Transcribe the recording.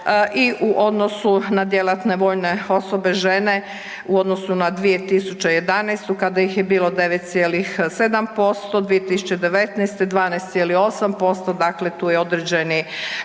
i u odnosu na djelatne vojne osobe žene u odnosu na 2011. kada ih je bilo 9,7%, 2019. 12,8% dakle tu je određeni